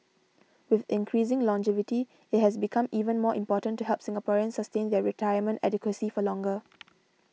with increasing longevity it has become even more important to help Singaporeans sustain their retirement adequacy for longer